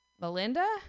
Melinda